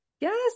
Yes